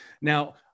Now